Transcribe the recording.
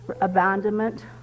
Abandonment